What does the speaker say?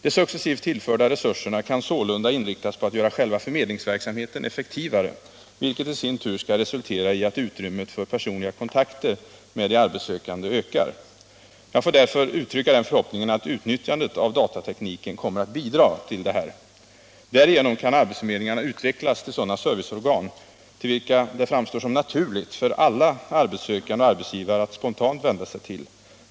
De successivt tillförda resurserna kan sålunda inriktas på att göra själva förmedlingsverksamheten effektivare, vilket i sin tur skall resultera i att utrymmet för personliga kontakter med de arbetssökande ökar. Jag får därför uttrycka den förhoppningen att utnyttjandet av datatekniken kommer att bidra till detta. Därigenom kan arbetsförmedlingarna utvecklas till sådana serviceorgan som det framstår som naturligt för alla arbetssökande och arbetsgivare att spontant vända sig till.